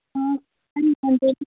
હા કંઈ વાંધો નહીં